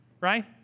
right